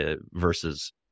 versus